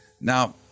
Now